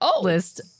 list